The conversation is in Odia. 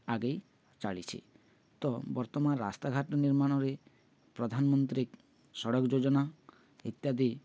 ଆଗେଇ ଚାଲିଛି ତ ବର୍ତ୍ତମାନ ରାସ୍ତାଘାଟ ନିର୍ମାଣରେ ପ୍ରଧାନମନ୍ତ୍ରୀକ ସଡ଼କ ଯୋଜନା ଇତ୍ୟାଦି